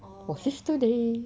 oh sister day